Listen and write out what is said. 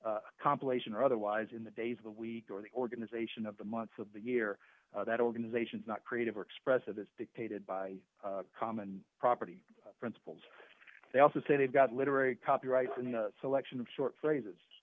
compilation or otherwise in the days of the week or the organization of the months of the year that organizations not creative or expressive is dictated by common property principles they also say they've got literary copyrights in the selection of short phrases